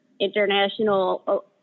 international